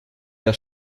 der